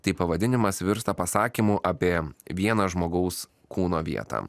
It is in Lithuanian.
tai pavadinimas virsta pasakymu apie vieną žmogaus kūno vietą